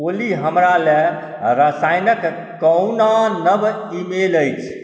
ओली हमरा लए रसायनक कनो नव ईमेल अछि